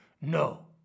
No